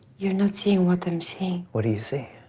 you're not seeing what i'm seeing. what are you seeing?